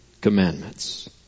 commandments